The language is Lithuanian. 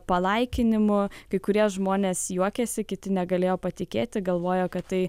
palaikinimų kai kurie žmonės juokiasi kiti negalėjo patikėti galvojo kad tai